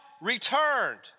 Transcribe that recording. returned